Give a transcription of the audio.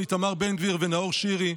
איתמר בן גביר ונאור שירי,